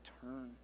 turn